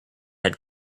had